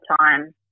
time